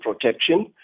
protection